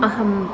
अहम्